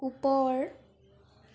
ওপৰ